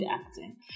acting